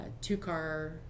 Two-car